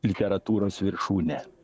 literatūros viršūnė